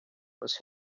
was